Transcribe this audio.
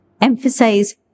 Emphasize